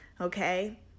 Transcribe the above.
Okay